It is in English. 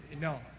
No